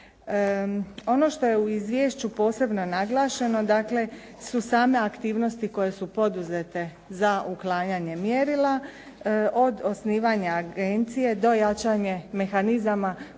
Ono što je u izvješću posebno naglašeno su same aktivnosti koje su poduzete za uklanjanje mjerila, od osnivanja agencije do jačanja mehanizama kontrolnog